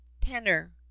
tenor